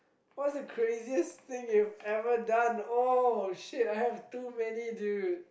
what's the craziest thing you have ever done oh shit I have too many dude